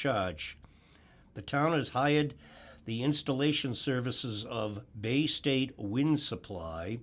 charge the town has hired the installation services of bay state winds supply